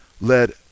led